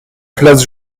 place